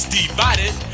divided